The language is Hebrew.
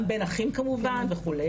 גם בין אחים כמובן וכו',